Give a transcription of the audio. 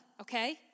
okay